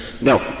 No